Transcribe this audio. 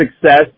success